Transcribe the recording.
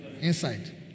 Inside